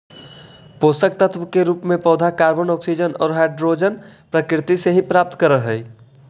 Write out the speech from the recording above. पोषकतत्व के रूप में पौधे कॉर्बन, ऑक्सीजन और हाइड्रोजन प्रकृति से ही प्राप्त करअ हई